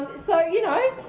so you know,